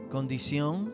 Condición